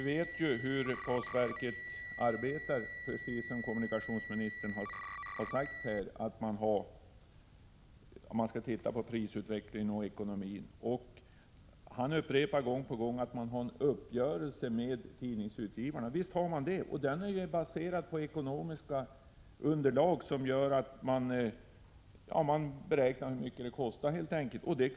Fru talman! Precis som kommunikationsministern sade måste postverket arbeta efter målen för prisutveckling och ekonomi. Men kommunikationsministern upprepar gång på gång att tidningsutgivarna och postverket har träffat en uppgörelse. Visst har de det. Den är baserad på ekonomiska kalkyler på hur mycket allting kostar, helt enkelt.